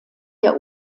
der